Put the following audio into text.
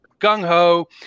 gung-ho